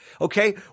okay